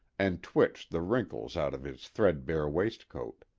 and twitched the wrinkles out of his threadbare waistcoat.